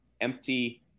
empty